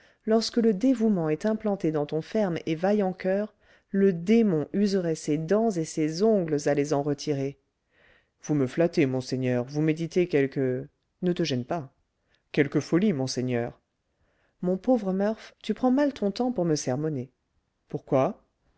lorsque le dévouement est implanté dans ton ferme et vaillant coeur le démon userait ses dents et ses ongles à les en retirer vous me flattez monseigneur vous méditez quelque ne te gêne pas quelque folie monseigneur mon pauvre murph tu prends mal ton temps pour me sermonner pourquoi